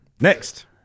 Next